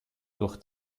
durch